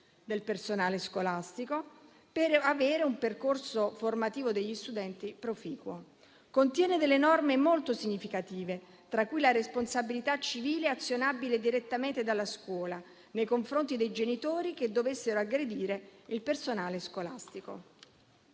del personale scolastico, per avere un percorso formativo degli studenti proficuo. Esso contiene delle norme molto significative, tra cui la responsabilità civile, azionabile direttamente dalla scuola nei confronti dei genitori che dovessero aggredire il personale scolastico.